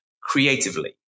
creatively